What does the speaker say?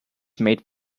made